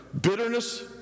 Bitterness